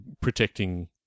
protecting